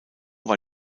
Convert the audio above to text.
war